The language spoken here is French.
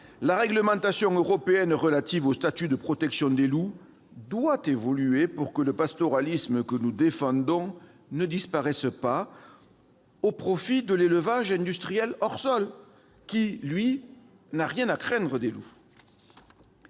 La réglementation européenne relative au statut de protection des loups doit évoluer pour que le pastoralisme que nous défendons ne disparaisse pas au profit de l'élevage industriel hors-sol qui, lui, n'a rien à craindre des loups